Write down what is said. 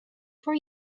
for